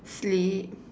sleep